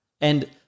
And-